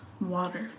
Water